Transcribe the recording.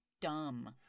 dumb